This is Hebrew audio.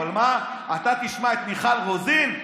אבל מה, אתה תשמע את מיכל רוזין?